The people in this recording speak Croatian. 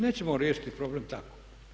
Nećemo riješiti problem tako.